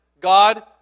God